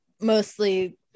mostly